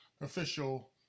official